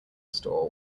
store